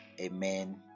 amen